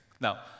Now